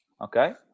Okay